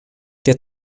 der